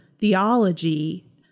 theology